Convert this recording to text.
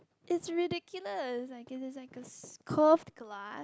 it's ridiculous like it is like a curved glass